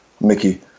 Mickey